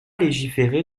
légiférer